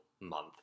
month